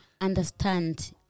understand